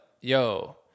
Yo